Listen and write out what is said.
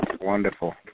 Wonderful